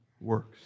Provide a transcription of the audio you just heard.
works